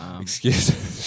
excuse